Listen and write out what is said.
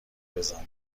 بزنی